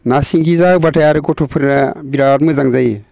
नासिंगि जा होब्लाथाय आरो गथ'फोरा बिराद मोजां जायो